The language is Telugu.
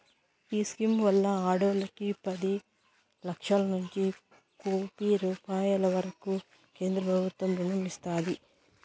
ఈ స్కీమ్ వల్ల ఈ ఆడోల్లకి పది లచ్చలనుంచి కోపి రూపాయిల వరకూ కేంద్రబుత్వం రుణం ఇస్తాది